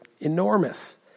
enormous